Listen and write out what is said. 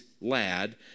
lad